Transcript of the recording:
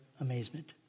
amazement